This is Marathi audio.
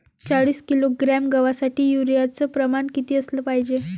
चाळीस किलोग्रॅम गवासाठी यूरिया च प्रमान किती असलं पायजे?